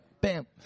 Bam